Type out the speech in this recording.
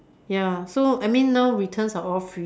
ya so I mean now returns are all free